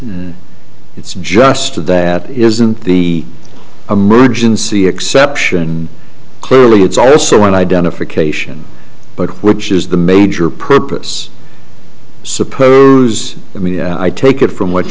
it's it's just a that isn't the emergency exception clearly it's also an identification but which is the major purpose suppose the media i take it from what